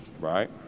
right